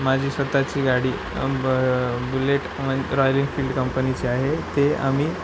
माझी स्वतःची गाडी ब बुलेट रॉयल एन्फिल्ड कंपनीची आहे ते आम्ही